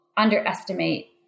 underestimate